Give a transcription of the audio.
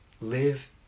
live